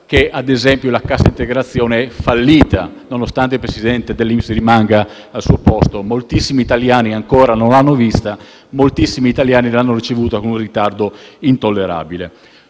che la cassa integrazione è fallita, nonostante il presidente dell'INPS rimanga al suo posto. Moltissimi italiani ancora non l'hanno vista e moltissimi italiani l'hanno ricevuta con un ritardo intollerabile.